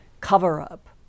cover-up